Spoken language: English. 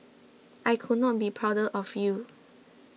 I could not be prouder of you